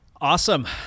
Awesome